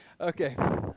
okay